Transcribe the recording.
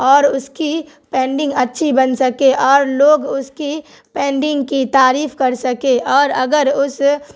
اور اس کی پینڈنگ اچھی بن سکے اور لوگ اس کی پینڈنگ کی تعریف کر سکے اور اگر اس